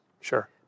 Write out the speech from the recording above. Sure